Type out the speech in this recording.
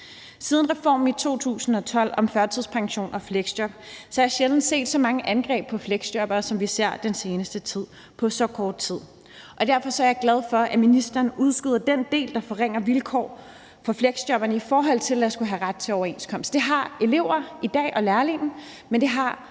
Siden reformen i 2012 om førtidspension og fleksjob har jeg sjældent og på så kort tid set så mange angreb på fleksjobbere, som vi har set den seneste tid, og derfor er jeg glad for, at ministeren udskyder den del, der forringer vilkårene for fleksjobberne i forhold til at have ret til en overenskomst. Det har elever og lærlinge i dag, og det har